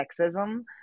sexism